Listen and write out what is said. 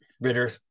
Ritter